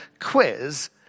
quiz